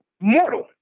mortal